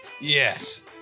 Yes